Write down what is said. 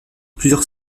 plusieurs